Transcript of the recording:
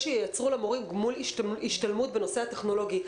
שייצרו למורים גמול השתלמות בנושא הטכנולוגי.